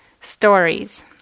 stories